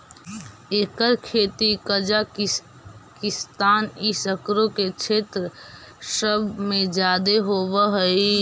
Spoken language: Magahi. एकर खेती कजाकिस्तान ई सकरो के क्षेत्र सब में जादे होब हई